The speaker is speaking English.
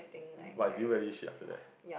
but do you really shit after that